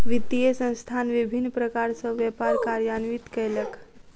वित्तीय संस्थान विभिन्न प्रकार सॅ व्यापार कार्यान्वित कयलक